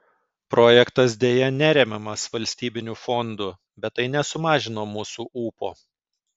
projektas deja neremiamas valstybinių fondų bet tai nesumažino mūsų ūpo